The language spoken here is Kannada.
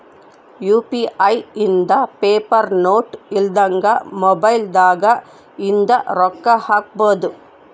ಯು.ಪಿ.ಐ ಇಂದ ಪೇಪರ್ ನೋಟ್ ಇಲ್ದಂಗ ಮೊಬೈಲ್ ದಾಗ ಇಂದ ರೊಕ್ಕ ಹಕ್ಬೊದು